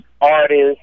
artists